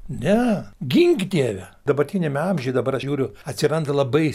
ne gink dieve dabartiniame amžiuje dabar žiūriu atsiranda labai